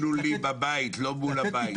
שיבנו לי בבית, לא מול הבית.